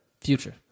future